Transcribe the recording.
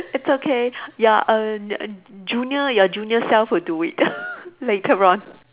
it's okay your err your junior your junior self will do it later on